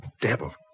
devil